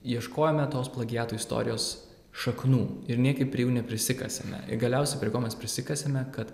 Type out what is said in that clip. ieškojome tos plagiatų istorijos šaknų ir niekaip prie jų neprisikasėme i galiausiai prie ko mes prisikasėme kad